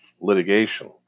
litigation